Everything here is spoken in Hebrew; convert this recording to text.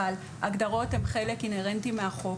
אבל הגדרות הן חלק איהרנטי מהחוק.